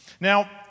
Now